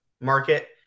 market